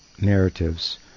narratives